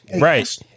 right